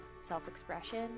self-expression